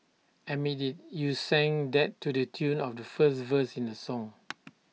admit IT you sang that to the tune of the first verse in the song